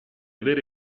vere